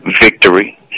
victory